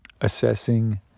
assessing